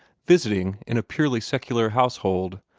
visiting in a purely secular household,